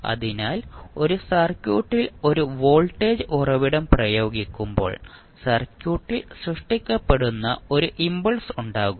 അതിനാൽ ഒരു സർക്യൂട്ടിൽ ഒരു വോൾട്ടേജ് ഉറവിടം പ്രയോഗിക്കുമ്പോൾ സർക്യൂട്ടിൽ സൃഷ്ടിക്കപ്പെടുന്ന ഒരു ഇംപൾസ് ഉണ്ടാകും